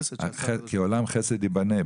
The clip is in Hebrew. "כי עולם חסד יבנה".